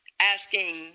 asking